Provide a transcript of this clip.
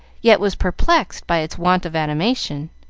yet was perplexed by its want of animation.